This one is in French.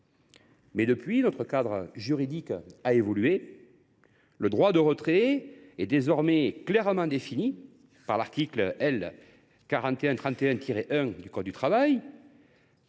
droit. Depuis, notre cadre juridique a évolué. Le droit de retrait est désormais clairement défini à l’article L. 4131 1 du code du travail